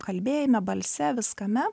kalbėjime balse viskame